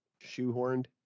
shoehorned